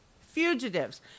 fugitives